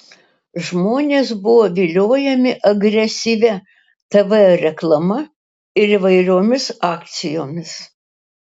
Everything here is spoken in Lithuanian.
žmonės buvo viliojami agresyvia tv reklama ir įvairiomis akcijomis